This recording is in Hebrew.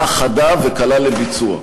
חדה וקלה לביצוע.